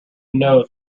knows